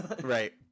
Right